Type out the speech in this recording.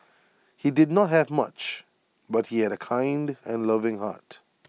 he did not have much but he had A kind and loving heart